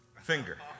finger